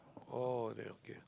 oh then okay